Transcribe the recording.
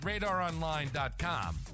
radaronline.com